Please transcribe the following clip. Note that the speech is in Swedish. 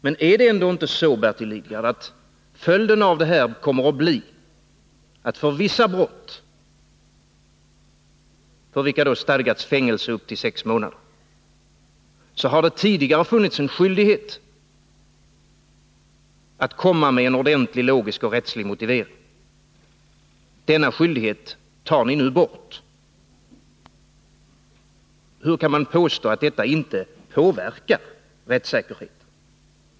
Det är väl ändå så, Bertil Lidgard, att det för vissa brott, för vilka det stadgas fängelse upp till sex månader, tidigare har funnits en skyldighet att komma med en ordentlig, logisk och rättslig motivering. Denna skyldighet tar ni nu bort. Hur kan man påstå att detta inte påverkar rättssäkerheten?